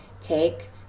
take